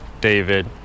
David